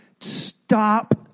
stop